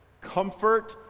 comfort